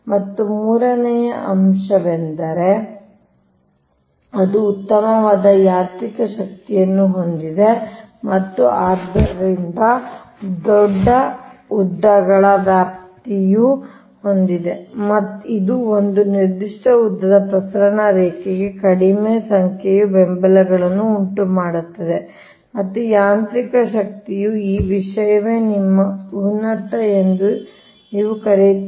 ಮತ್ತು ಮೂರನೆಯ ಅಂಶವೆಂದರೆ ಅದು ಉತ್ತಮವಾದ ಯಾಂತ್ರಿಕ ಶಕ್ತಿಯನ್ನು ಹೊಂದಿದೆ ಮತ್ತು ಆದ್ದರಿಂದ ದೊಡ್ಡ ಉದ್ದಗಳ ವ್ಯಾಪ್ತಿಯನ್ನು ಹೊಂದಿದೆ ಇದು ಒಂದು ನಿರ್ದಿಷ್ಟ ಉದ್ದದ ಪ್ರಸರಣ ರೇಖೆಗೆ ಕಡಿಮೆ ಸಂಖ್ಯೆಯ ಬೆಂಬಲಗಳನ್ನು ಉಂಟುಮಾಡುತ್ತದೆ ಮತ್ತು ಯಾಂತ್ರಿಕ ಶಕ್ತಿಯು ಈ ವಿಷಯವೇ ನಿಮ್ಮ ಉನ್ನತ ಎಂದು ನೀವು ಕರೆಯುತ್ತೀರಿ